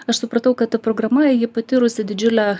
aš supratau kad ta programa ji patyrusi didžiulę